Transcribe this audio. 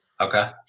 Okay